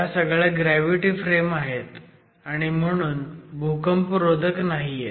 ह्या सगळ्या gravity frame आहेत आणि म्हणून भूकंपरोधक नाहीयेत